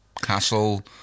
castle